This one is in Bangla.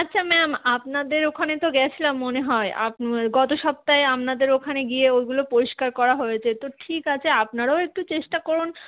আচ্ছা ম্যাম আপনাদের ওখানে তো গেছিলাম মনে হয় আপ গত সপ্তাহে আপনাদের ওখানে গিয়ে ওইগুলো পরিষ্কার করা হয়েছে তো ঠিক আছে আপনারাও একটু চেষ্টা করুন